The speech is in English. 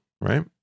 right